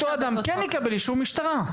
אותו אדם כן יקבל אישור משטרה.